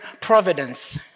providence